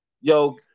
yo